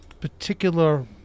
particular